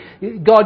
God